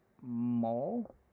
more